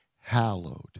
Hallowed